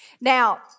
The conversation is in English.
Now